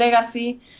legacy